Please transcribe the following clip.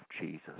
Jesus